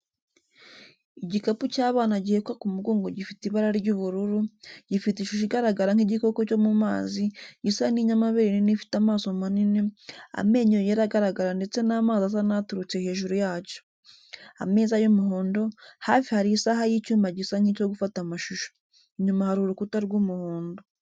Igikapu cy'abana gihekwa ku mugongo gifite ibara ry’ubururu, gifite ishusho igaragara nk’igikoko cyo mu mazi, gisa n’inyamabere nini ifite amaso manini, amenyo yera agaragara ndetse n’amazi asa n’aturutse hejuru yacyo. Ameza y’umuhondo, hafi hari isaha y’icyuma gisa nk’icyo gufata amashusho. Inyuma hari urukuta rw’umuhondo.